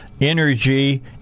energy